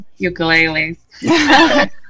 ukuleles